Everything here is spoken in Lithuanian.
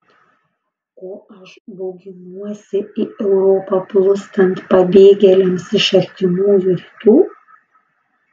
ko aš bauginuosi į europą plūstant pabėgėliams iš artimųjų rytų